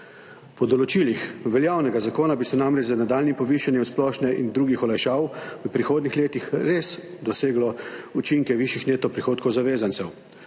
Po določilih veljavnega zakona bi se namreč z nadaljnjim povišanjem splošne in drugih olajšav v prihodnjih letih res doseglo učinke višjih neto prihodkov zavezancev,